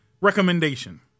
Recommendation